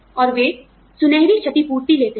और वे सुनहरी क्षतिपूर्तिलेते हैं